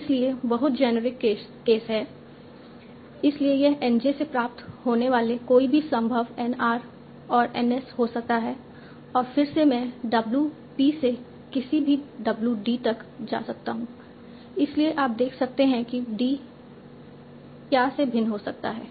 इसलिए बहुत generic case है इसलिए यह N j से प्राप्त होनेवाले कोई भी संभव N r और N s हो सकता है और फिर से मैं W p से किसी भी W d तक जा सकता हूं इसलिए आप देख सकते हैं कि d क्या से भिन्न हो सकता है